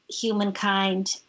humankind